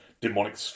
Demonic